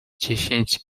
dziesięć